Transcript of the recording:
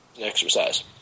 Exercise